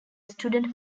student